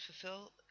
fulfill